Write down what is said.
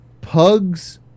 pugs